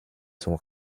son